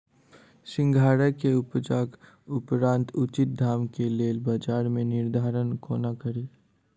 सिंघाड़ा केँ उपजक उपरांत उचित दाम केँ लेल बजार केँ निर्धारण कोना कड़ी?